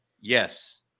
yes